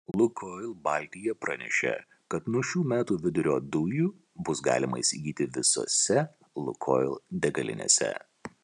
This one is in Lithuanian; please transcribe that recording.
lukoil baltija pranešė kad nuo šių metų vidurio dujų bus galima įsigyti visose lukoil degalinėse